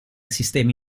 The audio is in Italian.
sistemi